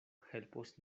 helpos